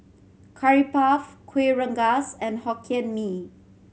Curry Puff Kuih Rengas and Hokkien Mee